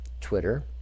Twitter